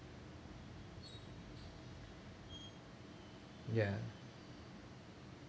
ya